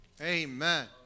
Amen